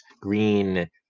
green